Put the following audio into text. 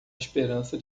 esperança